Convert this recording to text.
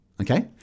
okay